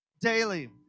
daily